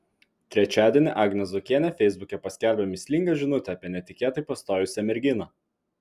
trečiadienį agnė zuokienė feisbuke paskelbė mįslingą žinutę apie netikėtai pastojusią merginą